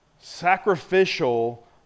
sacrificial